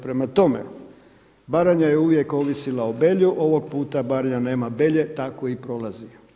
Prema tome, Baranja je uvijek ovisila o Belju, ovog puta Baranja nema Belje, tako i prolazi.